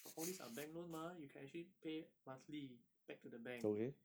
but all these are bank loan mah you can actually pay monthly back to the bank